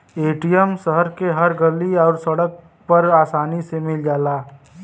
ATM शहर के हर गल्ली आउर सड़क पर आसानी से मिल जाला